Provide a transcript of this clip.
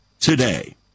today